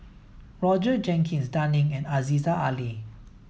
Roger Jenkins Dan Ying and Aziza Ali